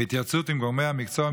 בהתייעצות עם גורמי המקצוע,